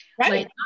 right